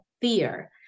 fear